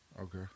Okay